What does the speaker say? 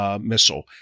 missile